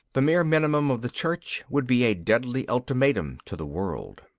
the mere minimum of the church would be a deadly ultimatum to the world.